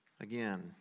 again